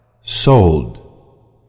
sold